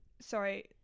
sorry